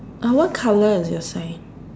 uh what colour is your sign